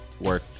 work